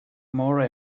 more